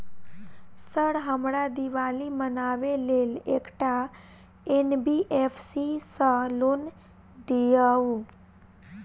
Sir हमरा दिवाली मनावे लेल एकटा एन.बी.एफ.सी सऽ लोन दिअउ?